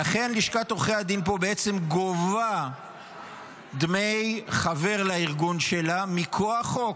לכן לשכת עורכי הדין פה בעצם גובה דמי חבר לארגון שלה מכוח חוק.